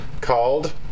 called